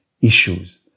issues